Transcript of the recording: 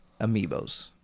amiibos